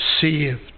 saved